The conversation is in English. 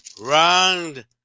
round